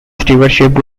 stewardship